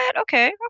Okay